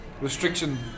restriction